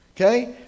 Okay